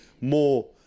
more